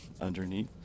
underneath